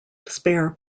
spare